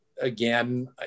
Again